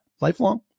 lifelong